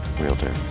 realtor